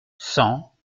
cent